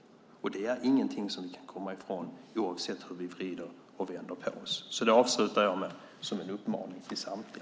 Det är ingenting som vi kan komma ifrån, oavsett hur vi vrider och vänder på oss. Det avslutar jag med som en uppmaning till samtliga.